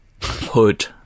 Hood